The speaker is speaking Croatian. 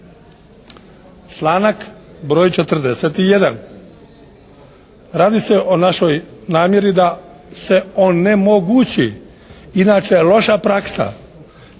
Članak broj 41. Radi se o našoj namjeri da se onemogući inače loša praksa,